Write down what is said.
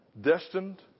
destined